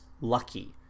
lucky